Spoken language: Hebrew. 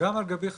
גם על גבי חרשו.